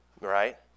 right